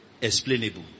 explainable